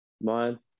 month